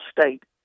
State